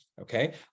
Okay